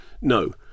No